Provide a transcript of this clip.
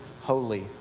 holy